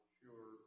sure